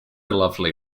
lovely